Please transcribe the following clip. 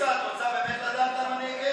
התשפ"א 2021, לוועדה שתקבע ועדת הכנסת